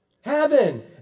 Heaven